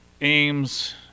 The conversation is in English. aims